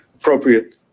appropriate